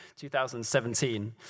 2017